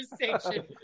conversation